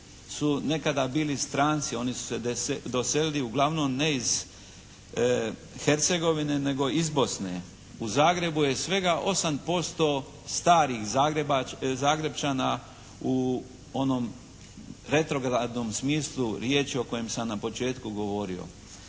su nekada bili stranci. Oni su se doselili uglavnom ne iz Hercegovine nego iz Bosne. U Zagrebu je svega 8% starih Zagrepčana u onom retrogradnom smislu riječi o kojem sam na početku govorio.